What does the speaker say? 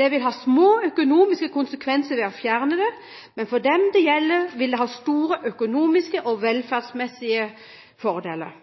Det vil ha små økonomiske konsekvenser å fjerne det, men for dem det gjelder, vil det ha store økonomiske og velferdsmessige fordeler.